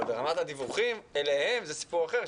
אבל ברמת הדיווחים אליהם זה סיפור אחר,